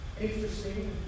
Interesting